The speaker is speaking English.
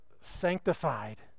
sanctified